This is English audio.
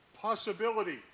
Possibility